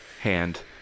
hand